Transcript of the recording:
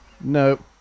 Nope